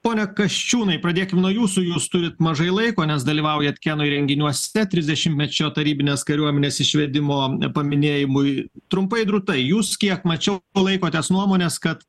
pone kasčiūnai pradėkim nuo jūsų jūs turit mažai laiko nes dalyvaujat keno įrenginiuose trisdešimtmečio tarybinės kariuomenės išvedimo paminėjimui trumpai drūtai jūs kiek mačiau laikotės nuomonės kad